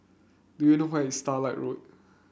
do you know where is Starlight Road